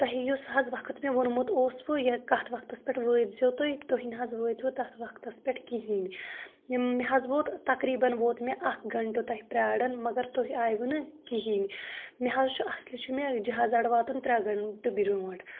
تۄہہِ یُسا حظ وقت مےٚ وونمُت اوسوُ کتھ وقتس پٮ۪ٹھ وٲتۍ زیو تُہۍ تُہۍ نہ حظ وٲتۍوٕ تتھ وقتس پٮ۪ٹھ کہیٖنۍ یِم مےٚ حظ ووت تقریٖبن ووت مےٚ اکھ گنٛٹہٕ تۄہہِ پراران مگر تُہۍ آیہِ ؤنہٕ کہیٖنۍ مےٚ حظ چھُ اصلی چھُ مےٚ جہازٕ اڈٕ واتُن ترٛےٚ گنٛٹہٕ برٛونٛٹھ